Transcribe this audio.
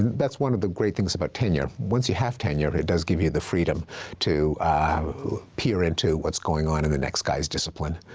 that's one of the great things about tenure. once you have tenure, it does give you the freedom to peer into what's going on in the next guy's discipline.